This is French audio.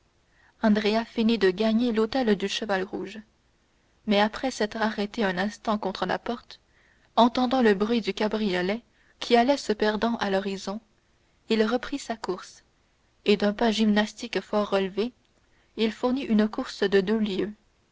andrea feignit de gagner l'hôtel du cheval rouge mais après s'être arrêté un instant contre la porte entendant le bruit du cabriolet qui allait se perdant à l'horizon il reprit sa course et d'un pas gymnastique fort relevé il fournit une course de deux lieues